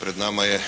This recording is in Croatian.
Pred nama je